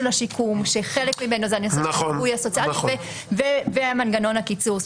השיקום שחלק ממנו הוא הליווי הסוציאלי ומנגנון הקיצור.